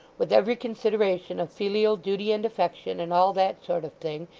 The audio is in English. with every consideration of filial duty and affection, and all that sort of thing,